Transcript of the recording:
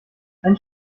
einen